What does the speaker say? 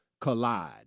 collide